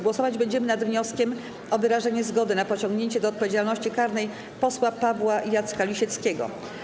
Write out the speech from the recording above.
Głosować będziemy nad wnioskiem o wyrażenie zgody na pociągnięcie do odpowiedzialności karnej posła Pawła Jacka Lisieckiego.